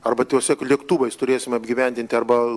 arba tiesiog lėktuvais turėsim apgyvendinti arba